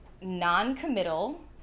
non-committal